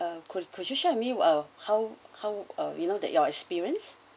uh could could you share with me uh how how uh you know your experience